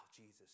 Jesus